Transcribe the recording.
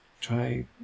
try